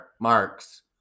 Marks